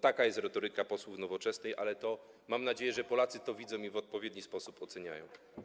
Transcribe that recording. Taka jest retoryka posłów Nowoczesnej, ale mam nadzieję, że Polacy to widzą i w odpowiedni sposób oceniają.